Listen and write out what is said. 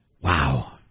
Wow